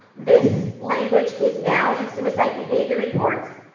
this language is now in suicide behavior reports.